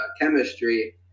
chemistry